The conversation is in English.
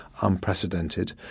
unprecedented